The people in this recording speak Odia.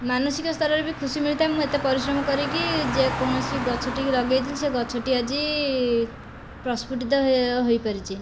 ମାନସିକ ସ୍ତରରେ ବି ଖୁସି ମିଳିଥାଏ ମୁଁ ଏତେ ପରିଶ୍ରମ କରିକି ଯେକୌଣସି ଗଛଟିକୁ ଲଗାଇଥିଲି ସେ ଗଛଟି ଆଜି ପ୍ରସ୍ପୁଟିତ ହୋଇପାରିଛି